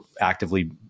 actively